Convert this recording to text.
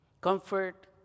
comfort